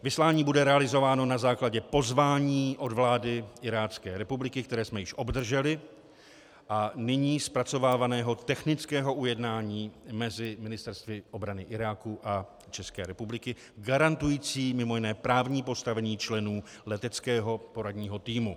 Vyslání bude realizováno na základě pozvání od vlády Irácké republiky, které jsme již obdrželi, a nyní zpracovávaného technického ujednání mezi ministerstvy obrany Iráku a České republiky, garantujícího mimo jiné právní postavení členů Leteckého poradního týmu.